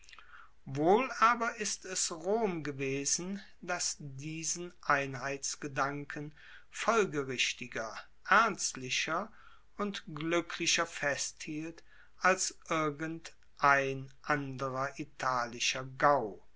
wohl aber ist es rom gewesen das diesen einheitsgedanken folgerichtiger ernstlicher und gluecklicher festhielt als irgendein anderer italischer gau